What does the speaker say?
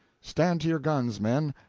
stand to your guns, men!